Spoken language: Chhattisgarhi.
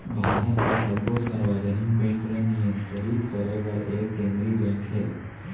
भारत के सब्बो सार्वजनिक बेंक ल नियंतरित करे बर एक केंद्रीय बेंक हे